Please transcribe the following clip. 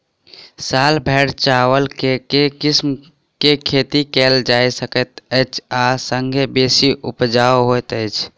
साल भैर चावल केँ के किसिम केँ खेती कैल जाय सकैत अछि आ संगे बेसी उपजाउ होइत अछि?